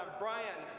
brian,